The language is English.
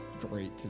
great